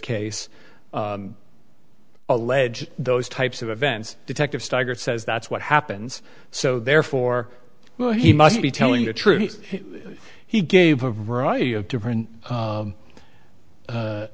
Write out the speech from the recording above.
case alleged those types of events detective steiger says that's what happens so therefore well he must be telling the truth he gave a variety of different